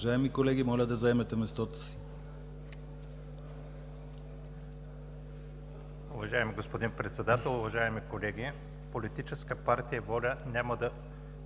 Уважаеми колеги, моля Ви да заемете местата си